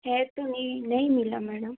छ तो नहीं नहीं मिला मैडम